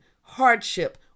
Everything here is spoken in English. hardship